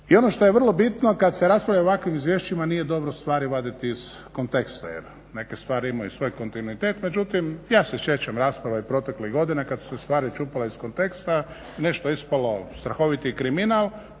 I ono što je vrlo bitno kad se raspravlja o ovakvim izvješćima nije dobro stvari vaditi iz konteksta jer neke stvari imaju svoj kontinuitet međutim ja se sjećam rasprava i prošlih godina kad su se stvari čupale iz konteksta, nešto je ispalo strahoviti kriminal